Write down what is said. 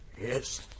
Yes